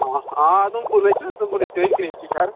हां उधमपूर बिच्च उधमपूर बिच्च क्रीमची शैह्र